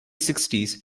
sixties